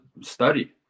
study